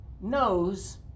knows